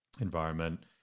environment